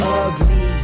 ugly